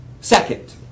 Second